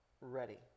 ready